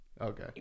Okay